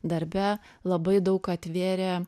darbe labai daug atvėrė